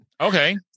Okay